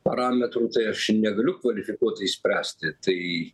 parametrų tai aš negaliu kvalifikuotai spręsti tai